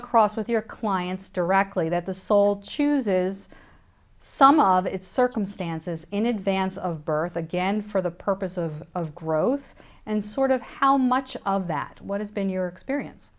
across with your clients directly that the soul chooses some of its circumstances in advance of birth again for the purpose of of growth and sort of how much of that what has been your experience